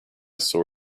saw